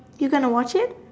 you gonna watch it